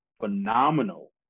phenomenal